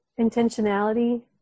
intentionality